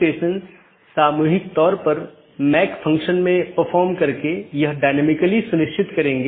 अगर हम पिछले व्याख्यान या उससे पिछले व्याख्यान में देखें तो हमने चर्चा की थी